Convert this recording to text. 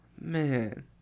Man